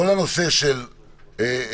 כל הנושא של מאסר,